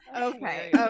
Okay